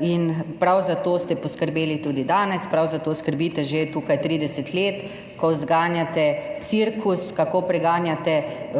in prav za to ste poskrbeli tudi danes, prav za to skrbite že tukaj 30 let, ko zganjate cirkus, kako preganjate